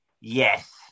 Yes